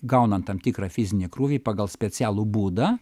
gauna tam tikrą fizinį krūvį pagal specialų būdą